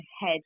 head